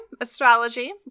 astrology